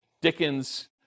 Dickens